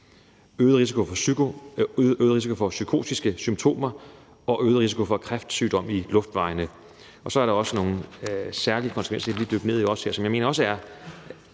øget risiko for psykotiske symptomer og øget risiko for kræftsygdom i luftvejene. Og så er der nogle særlige konsekvenser, som jeg også